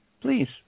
Please